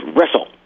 wrestle